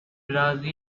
brazil